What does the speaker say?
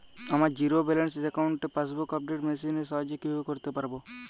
আমার zero balance অ্যাকাউন্টে passbook update machine এর সাহায্যে কীভাবে করতে পারব?